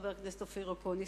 חבר הכנסת אופיר אקוניס,